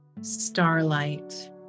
starlight